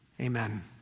Amen